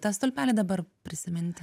tą stulpelį dabar prisiminti